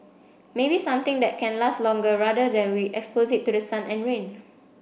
maybe something that can last longer rather than we expose it to the sun and rain